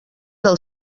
del